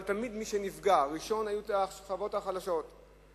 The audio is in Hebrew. אבל תמיד השכבות החלשות נפגעו ראשונות.